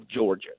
Georgia